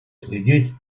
следить